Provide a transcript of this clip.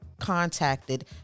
contacted